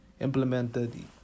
implemented